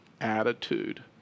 attitude